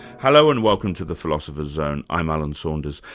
hello, and welcome to the philosopher's zone. i'm alan saunders.